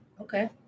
okay